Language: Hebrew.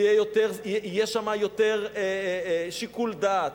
ויהיה שם יותר שיקול דעת,